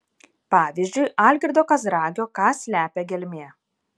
pavyzdžiui algirdo kazragio ką slepia gelmė